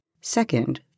Second